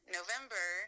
November